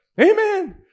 Amen